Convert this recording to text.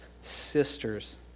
sisters